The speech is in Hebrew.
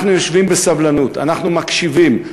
אנחנו יושבים בסבלנות, אנחנו מקשיבים.